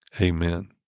Amen